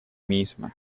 misma